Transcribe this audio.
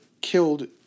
killed